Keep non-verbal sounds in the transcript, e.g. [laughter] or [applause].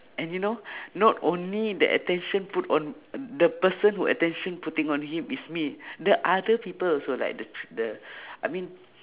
and you know [breath] not only the attention put on the person who attention putting on him is me [breath] the other people also right the tr~ the [breath] I mean [noise]